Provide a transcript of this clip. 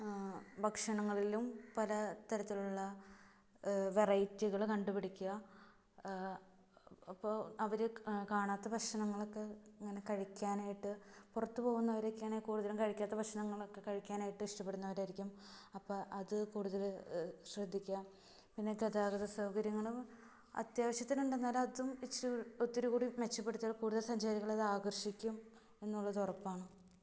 ഭക്ഷണങ്ങളിലും പല തരത്തിലുള്ള വെറൈറ്റികൾ കണ്ടു പിടിക്കുക അപ്പോൾ അവർ കാണാത്ത ഭക്ഷണങ്ങളൊക്കെ ഇങ്ങനെ കഴിക്കാനായിട്ട് പുറത്തു പോകുന്നവരൊക്കെയാണേ കൂടുതലും കഴിക്കാത്ത ഭക്ഷണങ്ങളൊക്കെ കഴിക്കാനായിട്ട് ഇഷ്ടപ്പെടുന്നവരായിരിക്കും അപ്പോൾ അതു കൂടുതൽ ശ്രദ്ധിക്കുക പിന്നെ ഗതാഗത സൗകര്യങ്ങളും അത്യാവശ്യത്തിന് ഉണ്ടെന്നതും വെച്ച് ഒത്തിരി കൂടി മെച്ചപ്പെടുത്തിയാല് കൂടുതല് സഞ്ചാരികളെ അതാകര്ഷിക്കും എന്നുള്ളത് ഉറപ്പാണ്